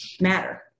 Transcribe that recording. Matter